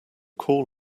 call